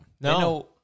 No